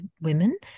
women